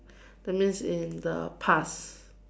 that means in the past